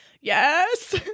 Yes